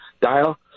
dial